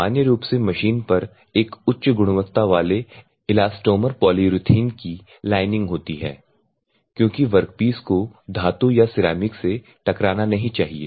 सामान्य रूप से मशीन पर एक उच्च गुणवत्ता वाले इलास्टोमर पॉलीयुरेथेन की लाइनिंग होती है क्योंकि वर्कपीस को धातु या सिरेमिक से टकराना नहीं चाहिए